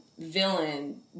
villain